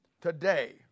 today